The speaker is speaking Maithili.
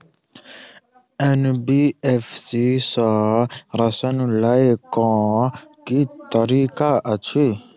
एन.बी.एफ.सी सँ ऋण लय केँ की तरीका अछि?